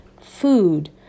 food